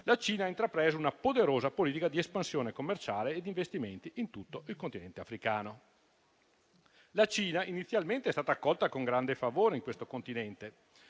la Cina ha intrapreso una poderosa politica di espansione commerciale e di investimenti in tutto il Continente africano. La Cina inizialmente è stata accolta con grande favore in questo continente,